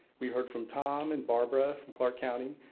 we heard from tom and barbara from clark county.